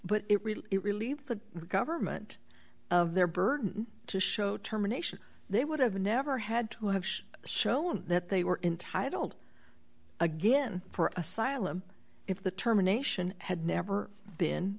really it relieves the government of their burden to show terminations they would have never had to have shown that they were entitled again for asylum if the term a nation had never been